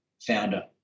Founder